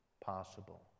possible